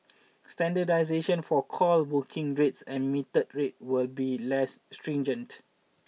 standardisation for call booking rates and metered rates will be less stringent